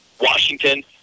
Washington